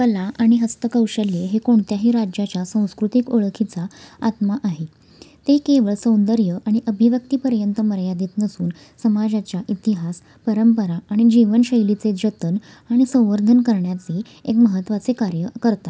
कला आणि हस्तकौशल्ये हे कोणत्याही राज्याच्या सांस्कृतिक ओळखीचा आत्मा आहे ते केवळ सौंदर्य आणि अभिव्यक्तीपर्यंत मर्यादित नसून समाजाच्या इतिहास परंपरा आणि जीवनशैलीचे जतन आणि संवर्धन करण्याचे एक महत्त्वाचे कार्य करतात